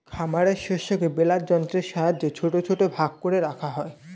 খামারের শস্যকে বেলার যন্ত্রের সাহায্যে ছোট ছোট ভাগ করে রাখা হয়